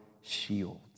shield